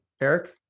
Eric